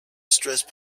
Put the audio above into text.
stressed